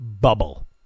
bubble